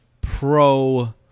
Pro